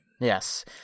Yes